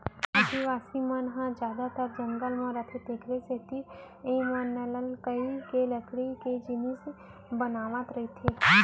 आदिवासी मन ह जादातर जंगल म रहिथे तेखरे सेती एमनलइकई ले लकड़ी के जिनिस बनावत रइथें